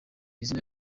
izina